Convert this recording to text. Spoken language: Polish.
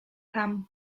tam